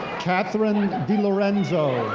catherine dilorenzo.